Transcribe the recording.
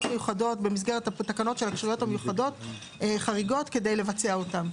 מיוחדות במסגרת התקנות של הכשירויות החריגות כדי לבצע אותן.